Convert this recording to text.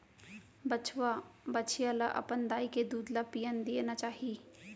बछवा, बछिया ल अपन दाई के दूद ल पियन देना चाही